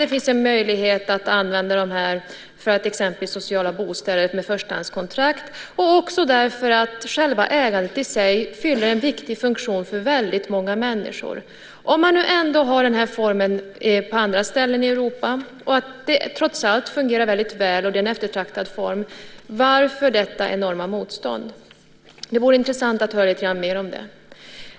Det finns en möjlighet att använda det här för exempelvis sociala bostäder med förstahandskontrakt. Det är också så att själva ägandet i sig fyller en viktig funktion för väldigt många människor. Om man nu ändå har den här formen på andra ställen i Europa, och det trots allt fungerar väldigt väl och är en eftertraktad form - varför detta enorma motstånd? Det vore intressant att höra lite mer om det.